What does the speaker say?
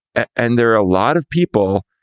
and there are a lot of people,